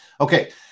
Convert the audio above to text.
Okay